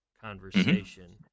conversation